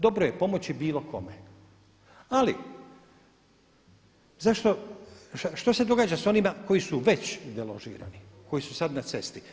Dobro je pomoći bilo kome, ali zašto, što se događa s onima koji su već deložirani, koji su sad na cesti?